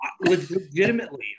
legitimately